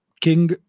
king